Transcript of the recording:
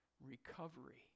recovery